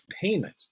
payment